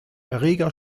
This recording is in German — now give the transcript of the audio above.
erreger